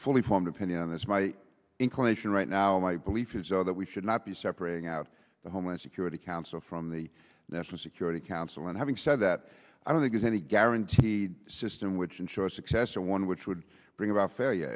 fully formed opinion on this my inclination right now my belief is that we should not be separating out the homeland security council from the national security council and having said that i don't think it's any guaranteed system which ensure success or one which would bring about failure